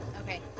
Okay